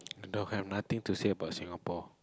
don't have I nothing to say about Singapore